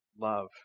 love